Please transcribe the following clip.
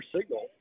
signal